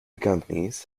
companies